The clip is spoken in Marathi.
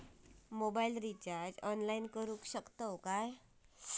मोबाईल रिचार्ज ऑनलाइन करुक शकतू काय?